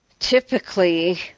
Typically